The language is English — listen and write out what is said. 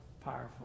powerful